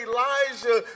Elijah